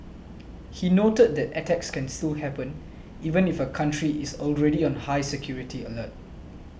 he noted that attacks can still happen even if a country is already on high security alert